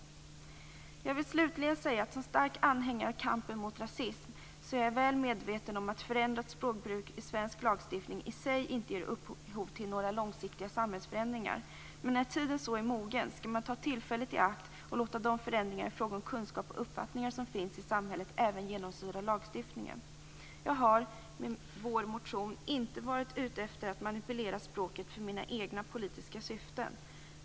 Jag vill slutligen säga att jag som stark anhängare av kampen mot rasism är väl medveten om att ett förändrat svenskt språkbruk i svensk lagstiftning i sig inte ger upphov till några långsiktiga samhällsförändringar. Men när tiden är mogen skall man ta tillfället i akt och låta de förändringar i fråga om kunskap och uppfattningar som finns i samhället även genomsyra lagstiftningen. Vi har med vår motion inte varit ute efter att manipulera språket för våra egna politiska syften.